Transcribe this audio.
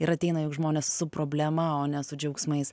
ir ateina juk žmonės su problema o ne su džiaugsmais